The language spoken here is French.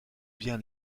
bien